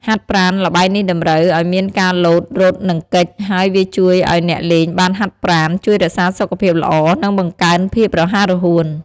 ហាត់ប្រាណល្បែងនេះតម្រូវឲ្យមានការលោត រត់ និងគេច ហើយវាជួយឲ្យអ្នកលេងបានហាត់ប្រាណ ជួយរក្សាសុខភាពល្អ និងបង្កើនភាពរហ័សរហួន។